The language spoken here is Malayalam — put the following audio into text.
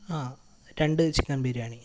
ആ രണ്ട് ചിക്കൻ ബിരിയാണി